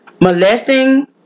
molesting